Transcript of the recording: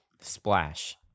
Splash